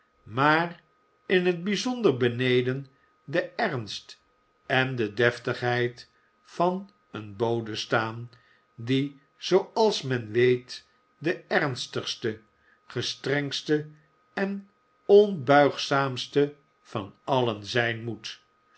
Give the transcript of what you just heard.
maar in het bijzonder beneden den ernst en de deftigheid van een bode staan die zooals men weet de ernstigste gestrengste en onbuigzaamste van allen zijn moet